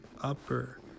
upper